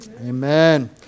Amen